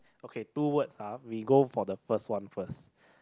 okay two words ah we go for the first one first